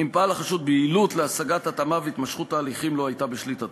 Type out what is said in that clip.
אם פעל החשוד ביעילות להשגת ההתאמה והתמשכות ההליכים לא הייתה בשליטתו.